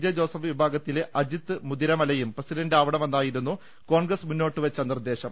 J Joseph വിഭാ ഗത്തിലെ അജിത് മുതിരമലയും പ്രസിഡന്റാവണമെന്നായിരുന്നു കോൺഗ്രസ് മുന്നോട്ടു വെച്ച നിർദേശം